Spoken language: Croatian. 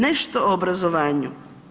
Nešto o obrazovanju.